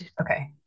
Okay